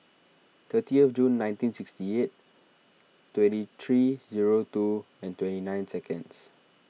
thirtieth June nineteen sixty eight twenty three zero two and twenty nine seconds